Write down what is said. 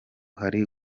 hari